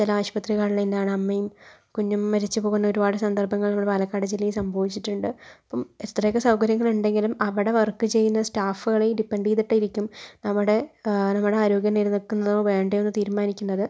ചില ആശുപത്രികളിൽ നിന്നാണ് അമ്മയും കുഞ്ഞും മരിച്ചു പോകുന്ന ഒരുപാട് സന്ദർഭങ്ങൾ നമ്മടെ പാലക്കാട് ജില്ലയിൽ സംഭവിച്ചിട്ടുണ്ട് അപ്പം എത്രയൊക്കെ സൗകര്യങ്ങൾ ഇണ്ടെങ്കിലും അവടെ വർക്ക് ചെയ്യുന്ന സ്റ്റാഫുകളെ ഡിപെന്റ് ചെയ്തിട്ടിരിക്കും നമ്മുടെ നമ്മുടാരോഗ്യം നിലനിൽക്കണോ വേണ്ടയോന്ന് തീരുമാനിക്കുന്നത്